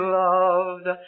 loved